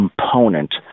component